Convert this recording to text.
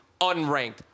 unranked